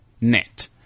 net